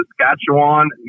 Saskatchewan